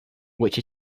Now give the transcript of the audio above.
which